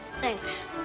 Thanks